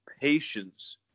patience